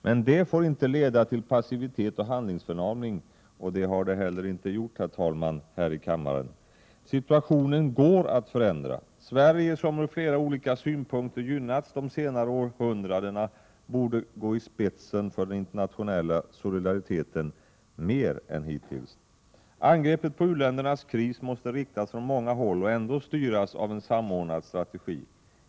Men det får inte leda till passivitet och handlingsförlamning, och det har det heller inte gjort här i kammaren, herr talman. Situationen går att förändra. Sverige som från flera olika synpunkter gynnats de senare århundradena borde gå i spetsen för den internationella solidariteten, mer än hittills. Angreppet på u-ländernas kris måste riktas från många håll och ändå styras av en samordnad strategi.